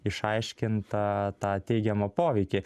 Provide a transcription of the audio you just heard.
išaiškintą tą teigiamą poveikį